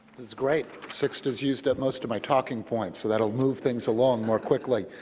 that's great. zixta has used up most of my talking points, so that will move things along more quickly.